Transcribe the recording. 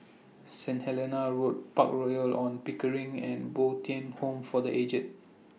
Saint Helena Road Park Royal on Pickering and Bo Tien Home For The Aged